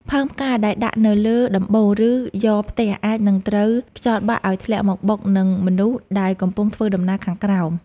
ផើងផ្កាដែលដាក់នៅលើដំបូល ឬយ៉រផ្ទះអាចនឹងត្រូវខ្យល់បក់ឱ្យធ្លាក់មកបុកនឹងមនុស្សដែលកំពុងធ្វើដំណើរខាងក្រោម។